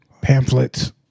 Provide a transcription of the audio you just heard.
pamphlets